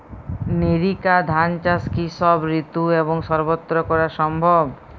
NERICA ধান চাষ কি সব ঋতু এবং সবত্র করা সম্ভব?